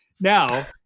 Now